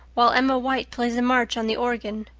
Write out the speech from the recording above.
while emma white plays a march on the organ.